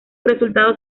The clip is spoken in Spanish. resultado